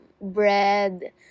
bread